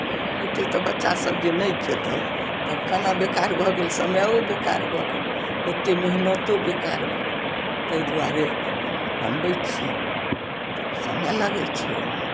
नहि बनेतय तऽ बच्चा सब जे नहि खेतै तब खाना बेकार भऽ गेल समेयो बेकार भऽ गेल ओत्ते मेहनतो बेकार भऽ गेल तइ दुआरे अपन बनबय छियै तऽ समय लगय छै ओइमे